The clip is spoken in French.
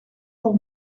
pour